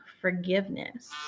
forgiveness